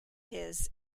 his